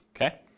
okay